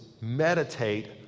meditate